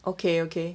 okay okay